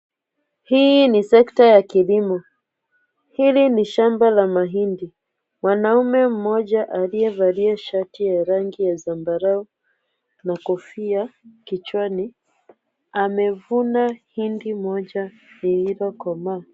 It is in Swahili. Hii ni sekta ya kilimo. Hili ni shamba la mahindi, mwanaume mmoja aliyevalia shati ya rangi ya zambarau na kofia kichwani, amevuna hindi moja lililokomaa.